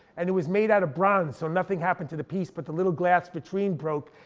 and it was made out of bronze so nothing happened to the piece, but the little glass vitrine broke.